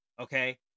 okay